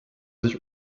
sich